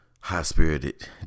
high-spirited